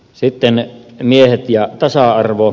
sitten miehet ja tasa arvo